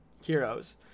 heroes